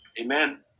Amen